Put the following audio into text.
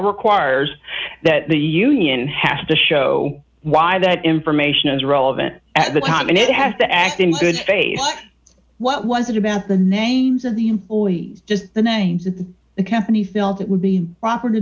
requires that the union has to show why that information is relevant at the time and it has to act in good faith what was it about the names of the employee just the names of the companies bill that would be